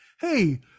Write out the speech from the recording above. Hey